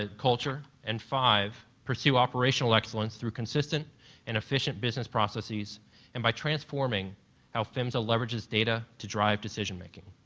ah culture and five, pursue operational excellence through consistent and efficient business processes and by transforming how phmsa leveraging data to drive decision-making.